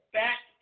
back